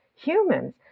Humans